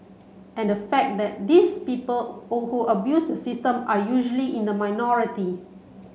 and the fact that these people abuse the system are usually in the minority